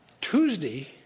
Tuesday